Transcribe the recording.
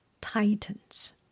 Titans